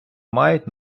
мають